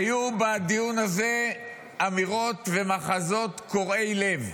היו בדיון הזה אמירות ומחזות קורעי לב.